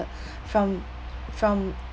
from from